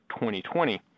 2020